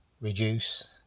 reduce